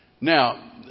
Now